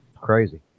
crazy